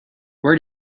where